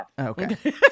Okay